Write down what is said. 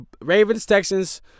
Ravens-Texans